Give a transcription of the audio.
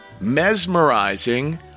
mesmerizing